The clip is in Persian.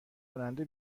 کننده